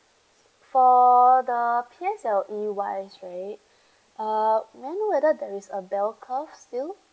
for the P_S_L_E wise right uh may I know whether there is a bell curve still